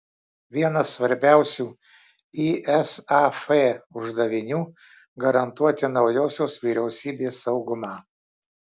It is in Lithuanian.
vienas svarbiausių isaf uždavinių garantuoti naujosios vyriausybės saugumą